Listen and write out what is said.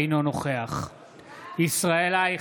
אינו נוכח ישראל אייכלר,